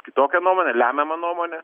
kitokią nuomonę lemiamą nuomonę